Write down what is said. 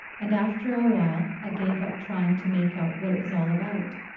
and after a while i gave up trying to make out what it was all about.